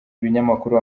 ibinyamakuru